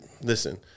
listen